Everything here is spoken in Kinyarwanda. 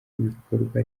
ibikorwa